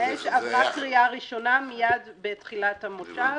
עברה קריאה ראשונה מייד בתחילת המושב.